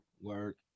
work